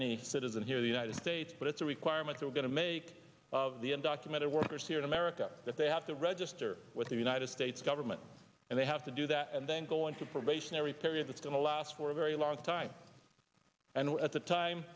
any citizen here the united states but it's a requirement we're going to make of the undocumented workers here in america that they have to register with the united states government and they have to do that and then go on to probationary period it's going to last for a very long time and at the time